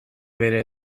bere